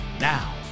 Now